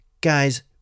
guys